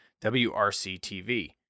WRC-TV